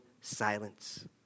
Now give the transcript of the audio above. silence